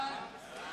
בקריאה שנייה?